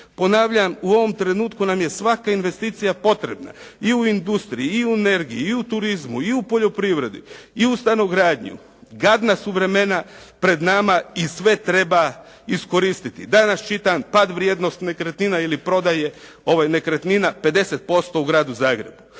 Ponavljam, u ovom trenutku nam je svaka investicija potrebna i u industriji, i u energiji i u turizmu i u poljoprivredi i u stanogradnju, gadna su vremena pred nama i sve treba iskoristiti. Danas čitam pad vrijednost nekretnina ili prodaje, nekretnina 50% u gradu Zagrebu,